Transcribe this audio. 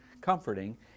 comforting